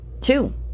Two